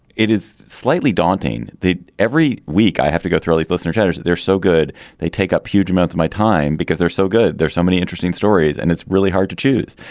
it is slightly daunting. every week i have to go through these listener letters that they're so good they take up huge amount of my time because they're so good. there are so many interesting stories. and it's really hard to choose.